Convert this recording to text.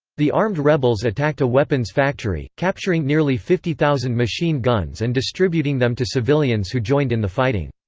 the armed rebels attacked a weapons factory, capturing nearly fifty thousand machine guns and distributing them to civilians who joined in the fighting.